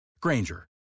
Granger